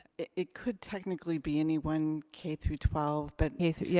it it could technically be anyone k through twelve, but yeah,